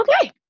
okay